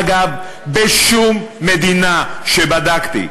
אגב, בשום מדינה שבדקתי,